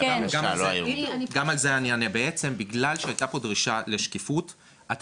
זה מה שמוזר.